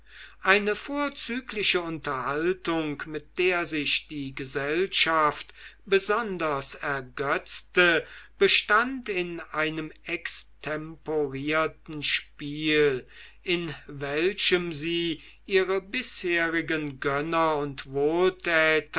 eine vorzügliche unterhaltung mit der sich die gesellschaft besonders ergötzte bestand in einem extemporierten spiel in welchem sie ihre bisherigen gönner und